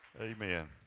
Amen